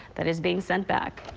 that is being sent back.